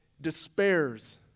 despairs